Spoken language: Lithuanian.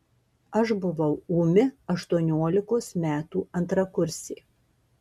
aš buvau ūmi aštuoniolikos metų antrakursė